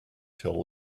till